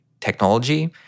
technology